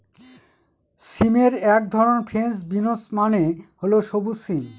সিমের এক ধরন ফ্রেঞ্চ বিনস মানে হল সবুজ সিম